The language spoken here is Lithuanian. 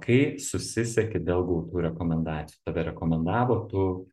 kai susisieki dėl gautų rekomendacijų tave rekomendavo tu